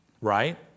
right